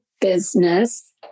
business